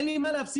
אין לי מה להפסיד,